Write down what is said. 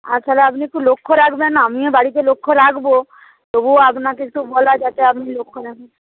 আর তাহলে আপনি একটু লক্ষ্য রাখবেন আমিও বাড়িতে লক্ষ্য রাখব তবুও আপনাকে একটু বলা যাতে আপনি লক্ষ্য রাখেন